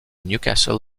newcastle